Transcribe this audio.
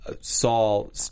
Saul